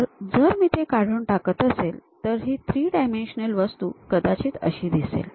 तर जर मी ते काढून टाकत असेल तर ही थ्री डायमेन्शल वस्तू कदाचित अशी दिसेल